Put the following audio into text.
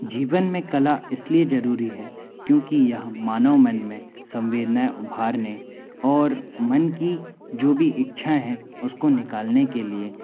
जीवन में कला इसलिए ज़रूरी है क्योंकि यह मानव मन में समवेदना उभारने और मन की जो भी इच्छा हैं उसको निकालने के लिए